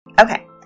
Okay